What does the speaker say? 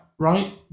Right